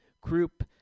group